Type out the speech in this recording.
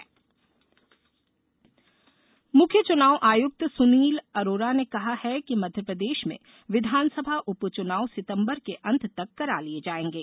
उपचुनाव मुख्य चुनाव आयुक्त सुनील अरोरा ने कहा है कि मध्यप्रदेश में विधानसभा उपचुनाव सितंबर के अंत तक करा लिये जायेंगे